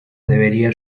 debería